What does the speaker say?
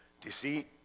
deceit